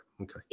Okay